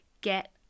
get